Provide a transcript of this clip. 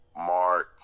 Mark